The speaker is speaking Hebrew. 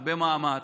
הרבה מאמץ,